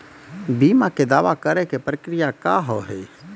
बीमा के दावा करे के प्रक्रिया का हाव हई?